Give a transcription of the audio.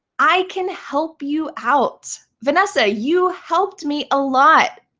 i can help you out. vanessa, you helped me a lot